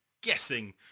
guessing